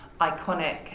iconic